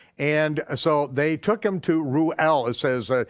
and ah so they took him to reuel, it says, ah